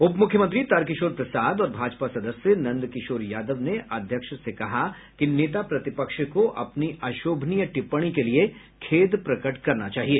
उप मुख्यमंत्री तारकिशोर प्रसाद और भाजपा सदस्य नंद किशोर यादव ने अध्यक्ष से कहा कि नेता प्रतिपक्ष को अपनी अशोभनीय टिप्पणी के लिये खेद प्रकट करना चाहिए